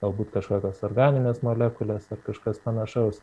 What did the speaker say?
galbūt kažkokios organinės molekulės ar kažkas panašaus